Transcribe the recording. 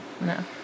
No